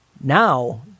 now